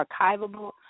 archivable